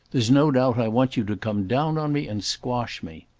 there's no doubt i want you to come down on me and squash me.